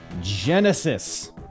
Genesis